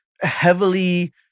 heavily